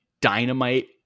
dynamite